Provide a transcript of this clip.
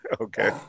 okay